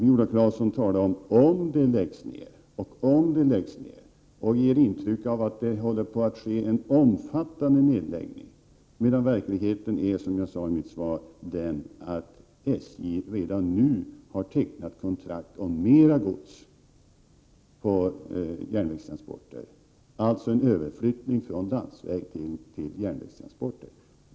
Viola Claesson talade om risken för att SJ lägger ned verksamhet och ger intrycket att det håller på att ske en omfattande nedläggning, medan verkligheten är, som jag sade i mitt svar, att SJ redan nu har tecknat kontrakt som innebär mer gods på järnvägstransporter, dvs. en överflyttning från landsvägstill järnvägstransporter.